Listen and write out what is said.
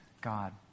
God